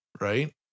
Right